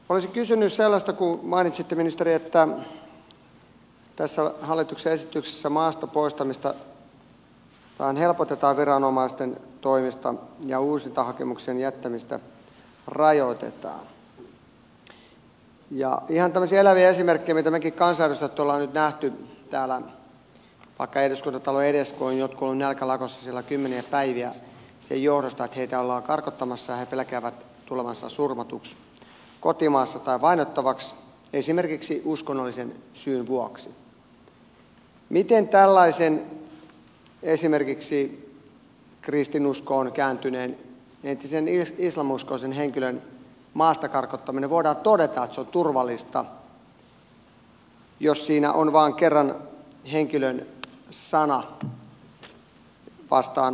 olisin kysynyt sellaista kun mainitsitte ministeri että tässä hallituksen esityksessä maasta poistamista helpotetaan viranomaisten toimesta ja uusintahakemuksen jättämistä rajoitetaan ihan tämmöisiä eläviä esimerkkejä mitä me kansanedustajatkin tuolla olemme nyt nähneet vaikka täällä eduskuntatalon edessä kun jotkut ovat olleet nälkälakossa siellä kymmeniä päiviä sen johdosta että heitä ollaan karkottamassa ja he pelkäävät tulevansa surmatuksi kotimaassaan tai vainottavaksi esimerkiksi uskonnollisen syyn vuoksi miten tällaisen esimerkiksi kristinuskoon kääntyneen entisen islam uskoisen henkilön maasta karkottamisesta voidaan todeta että se on turvallista jos siinä on kerran vain henkilön sana vastaan viranomaisen sana